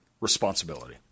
responsibility